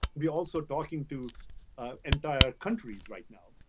we're also talking to entire countries right now.